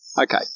Okay